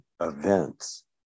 Events